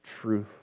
truth